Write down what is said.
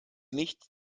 nicht